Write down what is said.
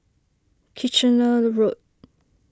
Kitchener Road